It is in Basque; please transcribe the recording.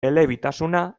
elebitasuna